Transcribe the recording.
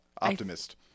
Optimist